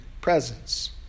presence